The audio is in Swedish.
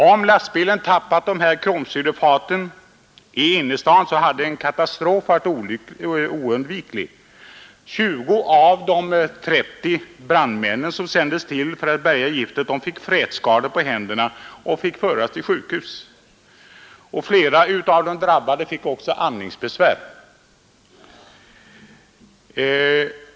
Om lastbilen hade tappat kromsyrefaten i innerstaden hade en katastrof varit oundviklig. 20 av de 30 brandmän som sändes till platsen för att bärga giftet fick frätskador på händerna och fördes till sjukhus. Flera av dem drabbades dessutom av andningsbesvär.